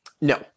no